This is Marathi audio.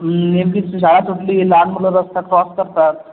नेमकी शाळा सुटली लहान मुलं रस्ता क्रॉस करतात